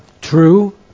True